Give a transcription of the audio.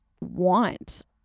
want